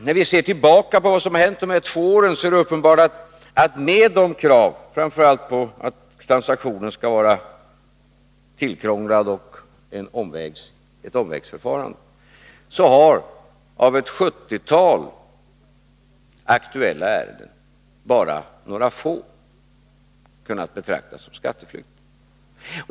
När vi ser tillbaka på vad som hänt de två senaste åren är det uppenbart, framför allt på grund av kravet att transaktionen skall vara tillkrånglad och innebära ett omvägsförfarande, att av ett sjuttiotal aktuella ärenden bara några få har kunnat betraktas som skatteflykt.